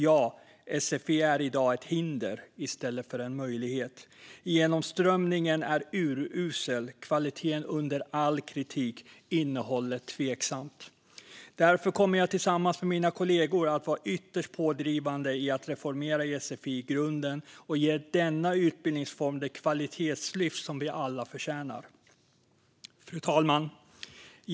Ja, sfi är i dag ett hinder i stället för en möjlighet. Genomströmningen är urusel, kvaliteten under all kritik och innehållet tveksamt. Därför kommer jag tillsammans med mina kollegor att vara ytterst pådrivande i att reformera sfi i grunden och ge denna utbildningsform det kvalitetslyft som vi alla förtjänar. Fru talman!